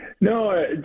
No